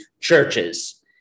churches